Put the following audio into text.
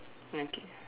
okay